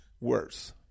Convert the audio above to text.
worse